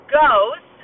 goes